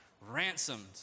ransomed